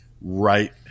right